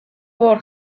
por